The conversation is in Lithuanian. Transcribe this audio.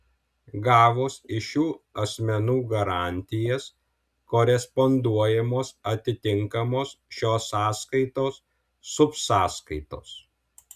gavus iš šių asmenų garantijas koresponduojamos atitinkamos šios sąskaitos subsąskaitos